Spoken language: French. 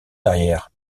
derrière